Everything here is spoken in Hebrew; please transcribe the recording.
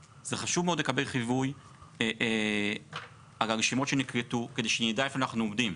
זה חשוב מאוד לקבל חיווי על הרשימות שנקלטו כדי שנדע איפה אנחנו עומדים.